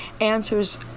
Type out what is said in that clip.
answers